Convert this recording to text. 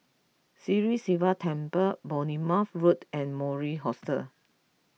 Sri Sivan Temple Bournemouth Road and Mori Hostel